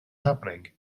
happening